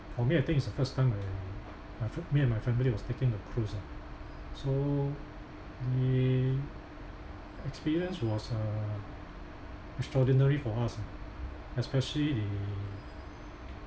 for me I think it's the first time I my f~ me and my family was taking a cruise ah so the experience was uh extraordinary for us ah especially the